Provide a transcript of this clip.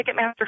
Ticketmaster